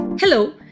Hello